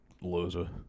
loser